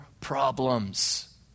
problems